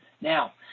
Now